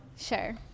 Sure